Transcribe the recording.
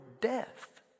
death